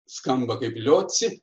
skamba kaip lioci